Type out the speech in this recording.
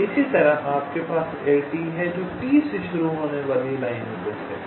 इसी तरह आपके पास LT है जो T से शुरू होने वाली लाइनों का सेट है